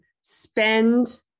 spend